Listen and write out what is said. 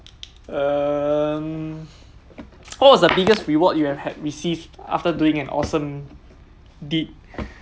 um what was the biggest reward you have had received after doing an awesome deed